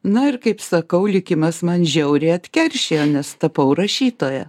na ir kaip sakau likimas man žiauriai atkeršijo nes tapau rašytoja